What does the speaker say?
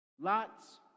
Lot's